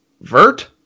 Vert